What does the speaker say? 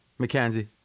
McKenzie